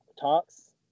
talks